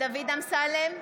דוד אמסלם,